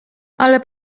ale